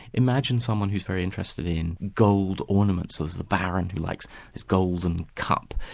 imagine someone who's very interested in gold ornaments, as the baron likes his golden cup.